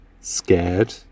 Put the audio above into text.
scared